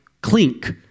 clink